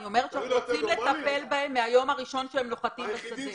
אני אומרת שאנחנו רוצים לטפל בהם מהיום הראשון שהם נוחתים בשדה.